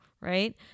right